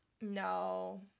No